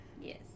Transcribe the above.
Yes